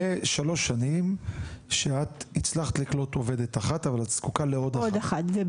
ושלוש שנים שאת הצלחת לקלוט עובדת אחת ואת זקוקה לעוד אחת ולא מצליחה?